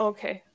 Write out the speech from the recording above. Okay